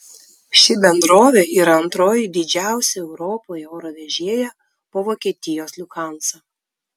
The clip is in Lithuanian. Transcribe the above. ši bendrovė yra antroji didžiausią europoje oro vežėja po vokietijos lufthansa